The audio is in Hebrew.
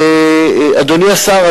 אדוני השר,